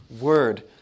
word